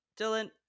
Dylan